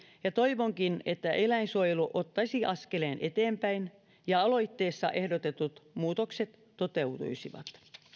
ja toivonkin että eläinsuojelu ottaisi askeleen eteenpäin ja aloitteessa ehdotetut muutokset toteutuisivat